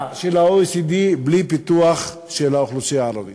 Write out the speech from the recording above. של ה-OECD בלי פיתוח של האוכלוסייה הערבית.